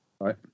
right